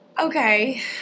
okay